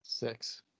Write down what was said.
Six